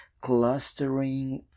clustering